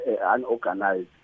unorganized